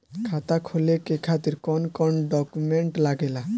खाता खोले के खातिर कौन कौन डॉक्यूमेंट लागेला?